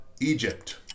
Egypt